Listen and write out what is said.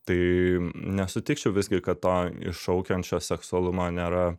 tai nesutikčiau visgi kad to iššaukiančio seksualumo nėra